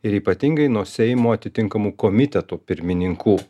ir ypatingai nuo seimo atitinkamų komitetų pirmininkų